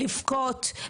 לבכות,